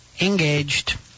engaged